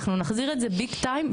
אנחנו נחזיר את זה ביג טיים,